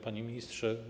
Panie Ministrze!